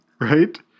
Right